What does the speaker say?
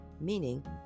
meaning